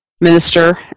minister